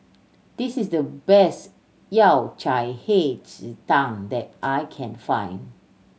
this is the best Yao Cai Hei Ji Tang that I can find